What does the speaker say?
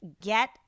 get